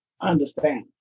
understand